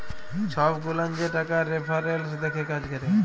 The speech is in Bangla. ছব গুলান যে টাকার রেফারেলস দ্যাখে কাজ ক্যরে